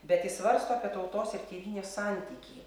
bet jis svarsto apie tautos ir tėvynės santykį